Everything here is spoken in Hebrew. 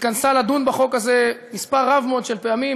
שהתכנסה לדון בחוק הזה מספר רב מאוד של פעמים,